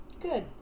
Good